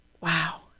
wow